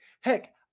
heck